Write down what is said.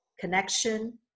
connection